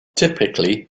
typically